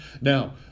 Now